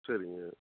சரிங்க